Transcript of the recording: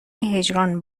هجران